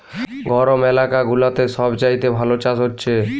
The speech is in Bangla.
গরম এলাকা গুলাতে সব চাইতে ভালো চাষ হচ্ছে